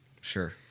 Sure